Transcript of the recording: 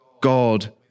God